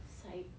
side